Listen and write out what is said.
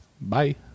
bye